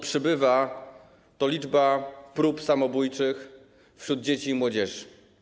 Przybywa za to prób samobójczych wśród dzieci i młodzieży.